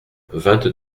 vingt